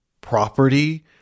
property